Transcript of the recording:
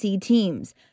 teams